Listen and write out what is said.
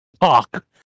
talk